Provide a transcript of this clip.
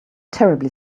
terribly